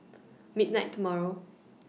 midnight tomorrow